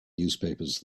newspapers